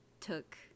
took